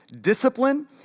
discipline